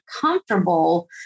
comfortable